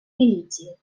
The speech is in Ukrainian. міліції